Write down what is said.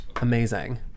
Amazing